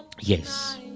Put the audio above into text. Yes